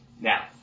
Now